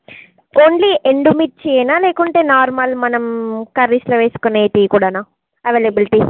only ఎండు మిర్చి యేనా లేకుంటే నార్మల్ మనం కర్రీస్ లో వేసుకునేటివి కూడా నా అవైలబిలిటీ